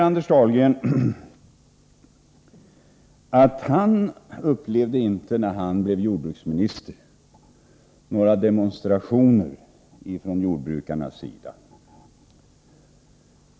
Anders Dahlgren säger att han inte upplevde några demonstrationer från jordbrukarna när han blev jordbruksminister.